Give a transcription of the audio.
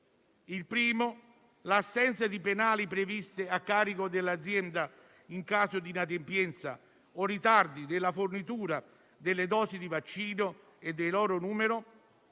Il primo è l'assenza di penali previste a carico dell'azienda in caso di inadempienza o ritardi nella fornitura delle dosi di vaccino e del loro numero;